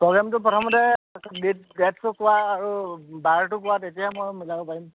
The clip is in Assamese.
প্ৰগ্ৰেমটো প্ৰথমতে গেট ডে'টটো কোৱা আৰু বাৰটো কোৱা তেতিয়াহে মই মিলাব পাৰিম